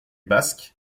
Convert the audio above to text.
basques